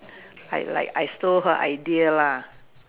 I like I stole her idea lah